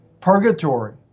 purgatory